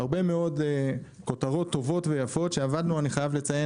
הרבה מאוד כותרות טובות ויפות שאני חייב לציין